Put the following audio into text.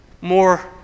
more